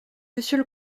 monsieur